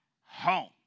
home